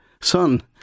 son